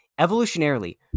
Evolutionarily